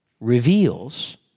reveals